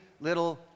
little